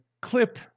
clip